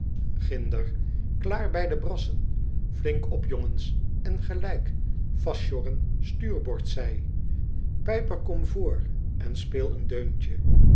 ginder klaar bij de brassen flink op jongens en gelijk vastsjorren stuurboordszij pijper kom voor en speel een deuntje